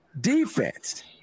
defense